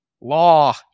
law